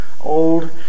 Old